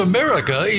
America